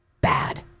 bad